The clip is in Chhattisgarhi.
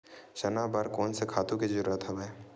चना बर कोन से खातु के जरूरत हवय?